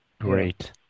Great